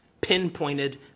pinpointed